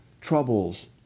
troubles